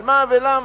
על מה ולמה,